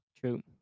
true